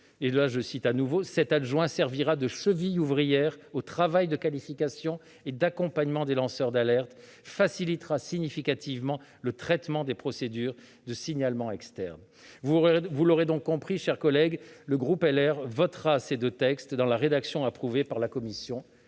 d'alerte. Cet adjoint servira de cheville ouvrière au travail de qualification et d'accompagnement des lanceurs d'alerte et facilitera significativement le traitement des procédures de signalement externe. Vous l'aurez donc compris, mes chers collègues, le groupe Les Républicains votera ces deux textes dans la rédaction approuvée par la commission.